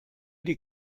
die